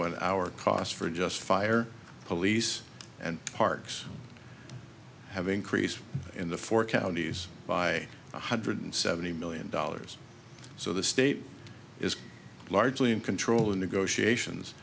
when our costs for just fire police and parks have increased in the four counties by one hundred seventy million dollars so the state is largely in control in negotiations